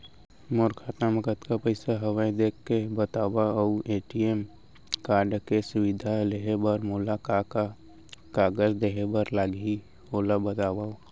मोर खाता मा कतका पइसा हवये देख के बतावव अऊ ए.टी.एम कारड के सुविधा लेहे बर मोला का का कागज देहे बर लागही ओला बतावव?